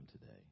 today